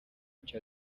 cya